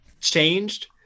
changed